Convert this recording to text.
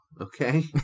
okay